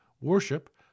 Worship